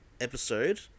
episode